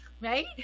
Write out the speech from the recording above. right